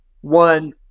one